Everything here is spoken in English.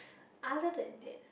other than that